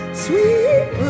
sweet